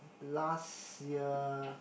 last year